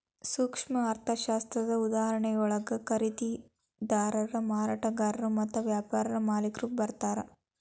ಸೂಕ್ಷ್ಮ ಅರ್ಥಶಾಸ್ತ್ರದ ಉದಾಹರಣೆಯೊಳಗ ಖರೇದಿದಾರರು ಮಾರಾಟಗಾರರು ಮತ್ತ ವ್ಯಾಪಾರ ಮಾಲಿಕ್ರು ಬರ್ತಾರಾ